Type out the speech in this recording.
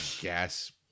gas